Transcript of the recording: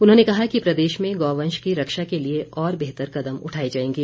उन्होंने कहा कि प्रदेश में गौवंश की रक्षा के लिए और बेहतर कदम उठाए जाएंगे